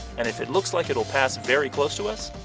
and if it looks like it'll pass very close to us,